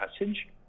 message